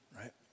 right